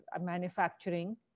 manufacturing